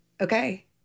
Okay